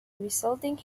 resulting